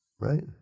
Right